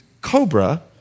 cobra